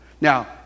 Now